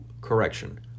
Correction